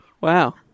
Wow